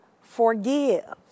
forgive